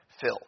fill